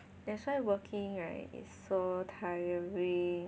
that's why working right is so tiring